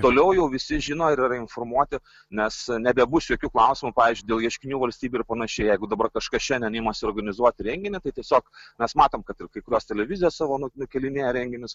toliau jau visi žino ir yra informuoti nes nebebus jokių klausimų pavyzdžiui dėl ieškinių valstybei ir panašiai jeigu dabar kažkas šiandien imasi organizuoti renginį tai tiesiog mes matom kad ir kai kurios televizijos savo nu nukėlinėja renginius